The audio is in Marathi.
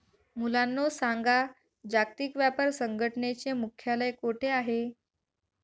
मुलांनो सांगा, जागतिक व्यापार संघटनेचे मुख्यालय कोठे आहे